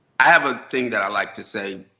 i have a thing that i like to say.